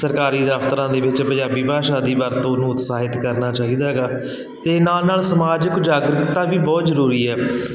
ਸਰਕਾਰੀ ਦਫਤਰਾਂ ਦੇ ਵਿੱਚ ਪੰਜਾਬੀ ਭਾਸ਼ਾ ਦੀ ਵਰਤੋਂ ਨੂੰ ਉਤਸ਼ਾਹਿਤ ਕਰਨਾ ਚਾਹੀਦਾ ਹੈਗਾ ਅਤੇ ਨਾਲ ਨਾਲ ਸਮਾਜਿਕ ਜਾਗਰੁਕਤਾ ਵੀ ਬਹੁਤ ਜ਼ਰੂਰੀ ਹੈ